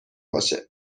باشه